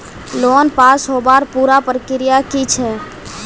Loan पास होबार पुरा प्रक्रिया की छे?